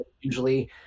usually